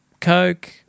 coke